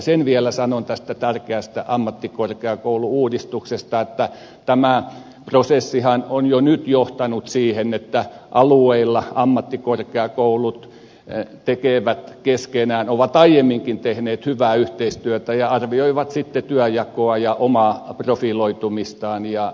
sen vielä sanon tästä tärkeästä ammattikorkeakoulu uudistuksesta että tämä prosessihan on jo nyt johtanut siihen että alueilla ammattikorkeakoulut tekevät keskenään ovat aiemminkin tehneet hyvää yhteistyötä ja arvioivat sitten työnjakoa ja omaa profiloitumistaan